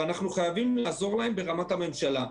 אנחנו חייבים לעזור להם ברמת הממשלה.